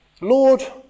Lord